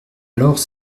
alors